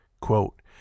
Quote